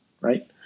Right